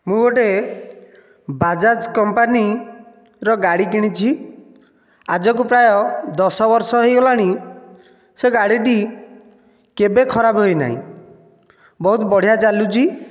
ମୁଁ ଗୋଟିଏ ବାଜାଜ କମ୍ପାନୀର ଗାଡ଼ି କିଣିଛି ଆଜକୁ ପ୍ରାୟ ଦଶ ବର୍ଷ ହୋଇଇଗଲାଣି ସେ ଗାଡ଼ିଟି କେବେ ଖରାପ ହୋଇନାହିଁ ବହୁତ ବଢ଼ିଆ ଚାଲୁଛି